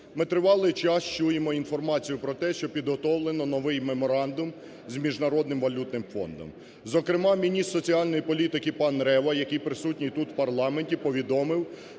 Ми тривалий час чуємо інформацію про те, що підготовлено новий меморандум з Міжнародним валютним фондом. Зокрема, міністр соціальної політики пан Рева, який присутній тут, в парламенті, повідомив,